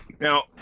Now